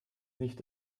nicht